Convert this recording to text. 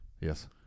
Yes